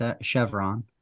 Chevron